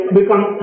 become